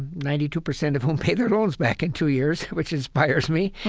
ninety two percent of whom pay their loans back in two years, which inspires me.